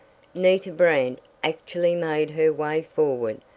nita brant actually made her way forward,